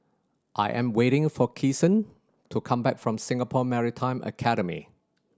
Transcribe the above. I am waiting for Kyson to come back from Singapore Maritime Academy